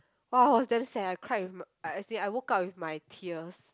!wow! I was damn sad I cried with my as in I woke up with my tears